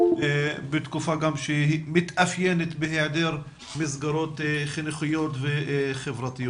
בתקופה גם שהיא מתאפיינת בהיעדר מסגרות חינוכיות וחברתיות.